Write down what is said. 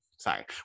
Sorry